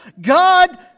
God